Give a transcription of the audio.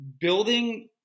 building